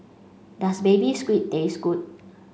does baby squid taste good